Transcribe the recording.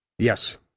Yes